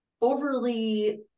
overly